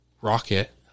rocket